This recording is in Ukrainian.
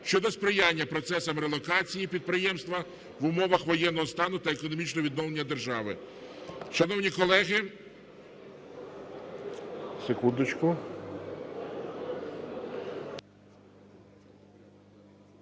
щодо сприяння процесам релокації підприємств в умовах воєнного стану та економічного відновлення держави.